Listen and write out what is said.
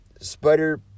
Spider